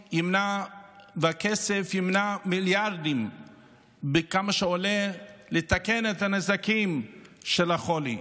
הכסף ימנע מיליארדים בכמה שעולה לתקן את הנזקים של החולי.